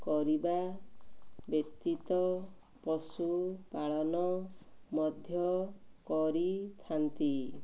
କରିବା ବ୍ୟତୀତ ପଶୁପାଳନ ମଧ୍ୟ କରିଥାନ୍ତି